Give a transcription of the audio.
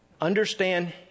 understand